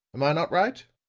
am i not right?